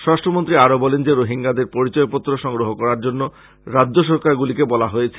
স্বরাষ্ট্রমন্ত্রী আরো বলেন যে রোহিঙ্গাদের পরিচয়পত্র সংগ্রহ করার জন্য রাজ্য সরকারগুলিকে বলা হয়েছে